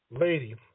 lady